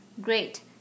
Great